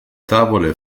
tavole